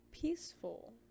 peaceful